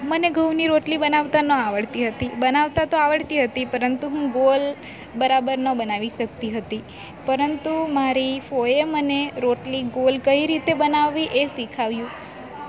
મને ઘઉંની રોટલી બનાવતા ન આવડતી હતી બનાવતા તો આવડતી હતી પરંતુ હું ગોળ બરાબર ન બનાવી શકતી હતી પરંતુ મારી ફોઈએ મને રોટલી ગોળ કઈ રીતે બનાવવી એ શીખવ્યું